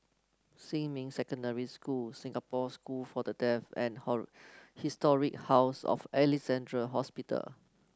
Xinmin Secondary School Singapore School for the Deaf and Historic House of Alexandra Hospital